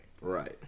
right